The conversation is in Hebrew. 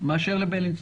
מאשר לבילינסון,